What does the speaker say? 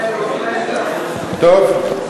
טוב.